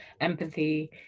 empathy